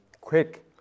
quick